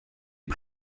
les